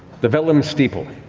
the vellum steeple.